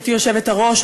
גברתי היושבת-ראש,